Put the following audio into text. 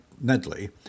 Nedley